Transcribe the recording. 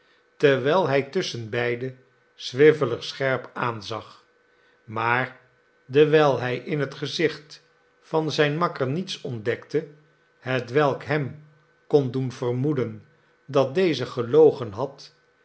terwijl hij tusschenbeide swiveller scherp aanzag maar dewijl hij in het gezicht van zijn makker niets ontdekte hetwelk hem kon doen vermoeden dat deze gelogen had